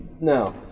No